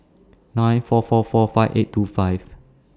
nine four four four five eight two five